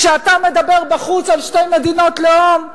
כשאתה מדבר בחוץ על שתי מדינות לאום,